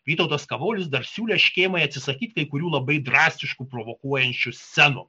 vytautas kavolis dar siūlė škėmai atsisakyt kai kurių labai drastiškų provokuojančių scenų